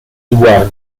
édouard